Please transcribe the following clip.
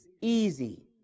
easy